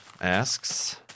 asks